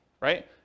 right